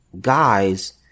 guys